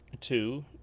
Two